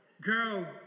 Girl